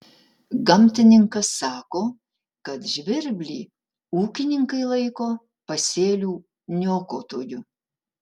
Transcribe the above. gamtininkas sako kad žvirblį ūkininkai laiko pasėlių niokotoju